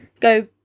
go